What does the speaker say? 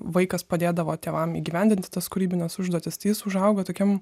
vaikas padėdavo tėvam įgyvendinti tas kūrybines užduotis tai jis užaugo tokiam